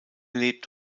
lebt